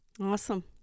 Awesome